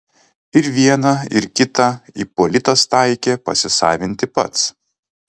ir vieną ir kitą ipolitas taikė pasisavinti pats